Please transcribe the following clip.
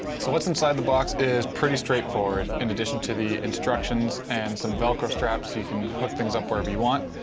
so what's inside the box is pretty straightforward in addition to the instructions and some velcro straps so you can hook things up wherever you want.